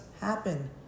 happen